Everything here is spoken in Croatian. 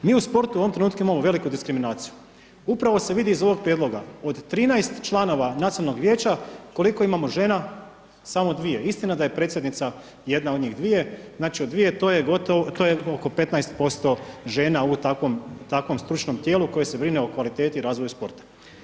Mi u sportu u ovom trenutku imamo veliku diskriminaciju, upravo se vidi iz ovog prijedloga, od 13 članova nacionalnog vijeća, koliko imamo žena, samo dvije, istina da je predsjednica jedna od njih dvije, znači od dvije to je gotovo, to je oko 15% žena u takvom, takvom stručnom tijelu koje se brine o kvaliteti i razvoju sporta.